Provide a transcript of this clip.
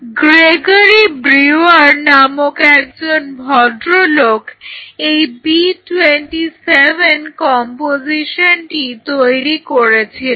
Gregory Brewer নামক একজন ভদ্রলোক এই B27 কম্পোজিশনটি তৈরি করেছিলেন